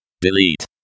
Delete